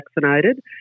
vaccinated